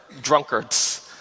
drunkards